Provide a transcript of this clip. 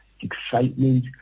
excitement